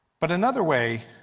but another way